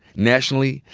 nationally,